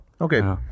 Okay